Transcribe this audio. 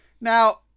Now